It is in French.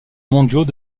mondiaux